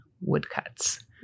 woodcuts